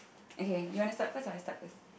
okay you want to start first or I start first